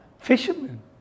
fishermen